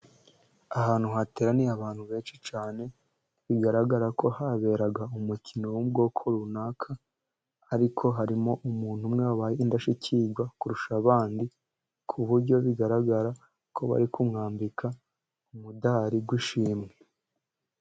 Ahantu hateraniye abantu benshi cyane, bigaragara ko haberaga umukino w'ubwoko runaka, ariko harimo umuntu umwe wabaye indashyikirwa kurusha abandi, ku buryo bigaragara ko bari kumwambika umudari w'ishimwe.